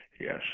yes